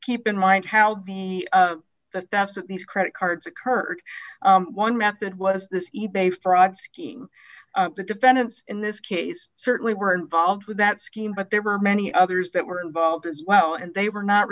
keep in mind how that's that these credit cards occurred one method was this e bay fraud scheme the defendants in this case certainly were involved with that scheme but there were many others that were involved as well and they were not